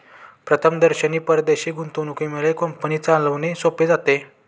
प्रथमदर्शनी परदेशी गुंतवणुकीमुळे कंपनी चालवणे सोपे जाते